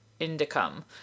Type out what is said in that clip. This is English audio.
indicum